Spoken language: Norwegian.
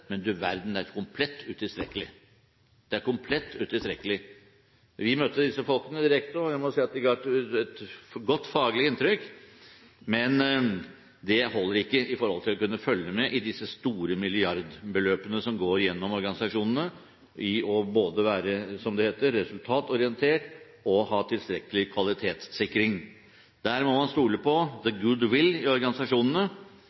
men – du verden – det er komplett utilstrekkelig. Vi møtte disse folkene direkte, og jeg må si at de ga et godt faglig inntrykk. Men det holder ikke i forhold til å kunne følge med i disse store milliardbeløpene som går gjennom organisasjonene i forhold til både å være resultatorientert – som det heter – og å ha tilstrekkelig kvalitetssikring. Der må man stole på